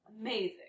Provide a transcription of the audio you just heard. Amazing